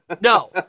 no